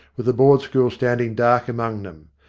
with the board school standing dark among them.